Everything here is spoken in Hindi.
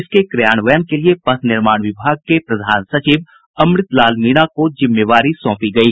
इसके क्रियान्वयन के लिये पथ निर्माण विभाग के प्रधान सचिव अमृत लाल मीणा को जिम्मेवारी सौंपी गयी